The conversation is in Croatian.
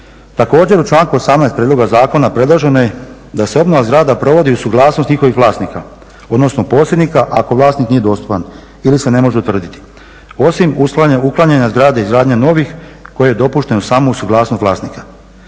Također, u članku 18. prijedloga zakona predloženo je da se obnova zgrada provodi uz suglasnost njihovih vlasnika, odnosno posjednika ako vlasnik nije dostupan ili se ne može utvrditi. Osim uklanjanja zgrada, izgradnja novih koja je dopuštena samo uz suglasnost vlasnika.